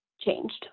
changed